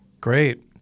Great